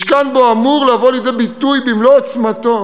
משכן שבו אמור לבוא לידי ביטוי במלוא עוצמתו